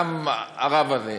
גם הרב הזה,